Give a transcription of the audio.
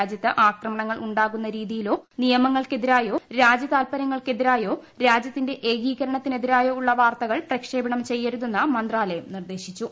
രാജ്യത്ത് ആക്രമണങ്ങൾ ഉണ്ടാക്കുന്ന രീതിയിലോ നിയമങ്ങൾ ക്കെതിരായോ രാജ്യ താത്പര്യങ്ങൾക്കെതിരായോ രാജ്യത്തിന്റെ ഏകീകരണത്തിനെതിരായോ ഉള്ള വാർത്തകൾ പ്രക്ഷേപണം ചെയ്യരുതെന്ന് മന്ത്രാലയം നിർദ്ദേശിച്ചു